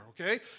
okay